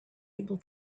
able